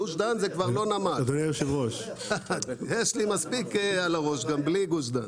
גוש דן זה כבר לא נמל יש לי מספיק על הראש גם בלי גוש דן.